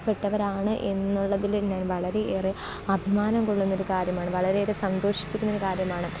പെട്ടവരാണ് എന്നുള്ളതിൽ ഞാൻ വളരെ ഏറെ അഭിമാനം കൊള്ളുന്നൊരു കാര്യമാണ് വളരെയേറെ സന്തോഷിപ്പിക്കുന്നൊരു കാര്യമാണ്